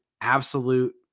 absolute